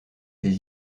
des